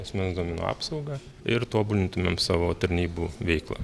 asmens duomenų apsaugą ir tobulintumėm savo tarnybų veiklą